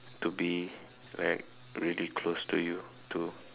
to be like really close to you to